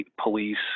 police